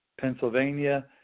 Pennsylvania